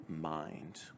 mind